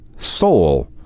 soul